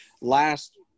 last